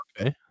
Okay